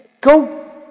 Go